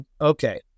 Okay